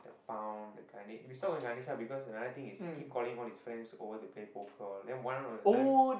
pound that kind we saw Ganesh ah because another thing is he keep calling all his friends to play poker and then one of the time